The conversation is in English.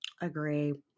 Agree